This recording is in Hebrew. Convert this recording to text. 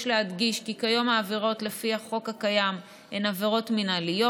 יש להדגיש כי כיום העבירות לפי החוק הקיים הן עבירות מינהליות.